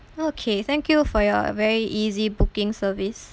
okay thank you for your very easy booking service